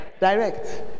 Direct